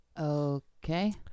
okay